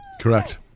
Correct